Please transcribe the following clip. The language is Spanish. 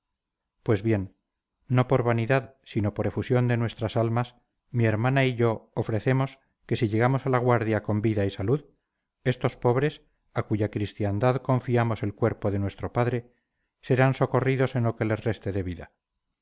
pues bien no por vanidad sino por efusión de nuestras almas mi hermana y yo ofrecemos que si llegamos a la guardia con vida y salud estos pobres a cuya cristiandad confiamos el cuerpo de nuestro padre serán socorridos en lo que les reste de vida